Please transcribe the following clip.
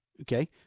Okay